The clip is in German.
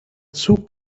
zug